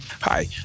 Hi